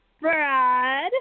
Brad